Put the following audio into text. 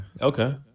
Okay